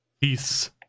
Peace